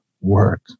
work